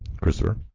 Christopher